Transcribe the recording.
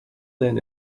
than